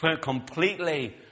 completely